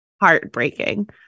heartbreaking